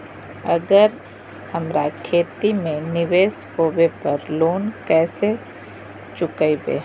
अगर हमरा खेती में निवेस होवे पर लोन कैसे चुकाइबे?